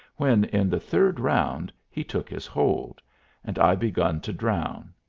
when, in the third round, he took his hold and i begun to drown,